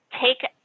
take